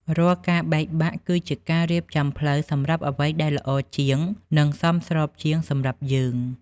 រាល់ការបែកបាក់ គឺជាការរៀបចំផ្លូវសម្រាប់អ្វីដែលល្អជាង និងសមស្របជាងសម្រាប់យើង។